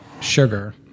sugar